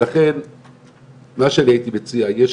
ולכן מה שאני הייתי מציע, יש